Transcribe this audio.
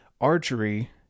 Archery